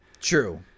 True